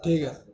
ٹھیک ہے